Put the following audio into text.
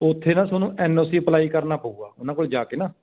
ਉੱਥੇ ਨਾ ਤੁਹਾਨੂੰ ਐੱਨ ਓ ਸੀ ਅਪਲਾਈ ਕਰਨਾ ਪਊਗਾ ਉਹਨਾਂ ਕੋਲ ਜਾ ਕੇ ਨਾ